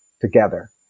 together